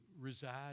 reside